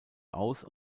aus